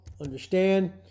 understand